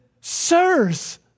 sirs